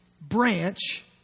branch